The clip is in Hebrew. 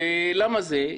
למה זה?